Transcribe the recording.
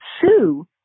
sue